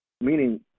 meaning